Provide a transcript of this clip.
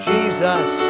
Jesus